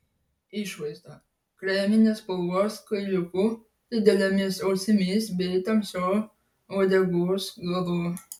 išvaizda kreminės spalvos kailiuku didelėmis ausimis bei tamsiu uodegos galu